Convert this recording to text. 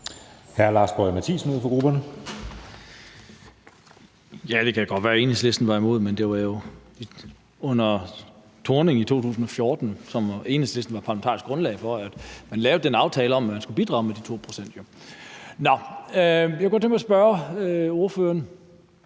15:12 Lars Boje Mathiesen (UFG): Det kan godt være, at Enhedslisten var imod, men det var jo under Thorning, som Enhedslisten var parlamentarisk grundlag for, at man i 2014 lavede den aftale om, at man skulle bidrage med de 2 pct. Jeg kunne godt tænke mig at spørge ordføreren